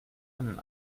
einen